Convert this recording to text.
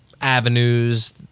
avenues